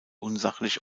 unsachlich